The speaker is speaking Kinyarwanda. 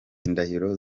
indahiro